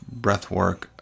breathwork